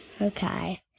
Okay